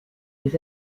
les